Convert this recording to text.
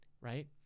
right